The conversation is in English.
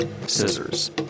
Scissors